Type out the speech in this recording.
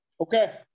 Okay